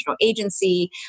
agency